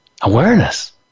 awareness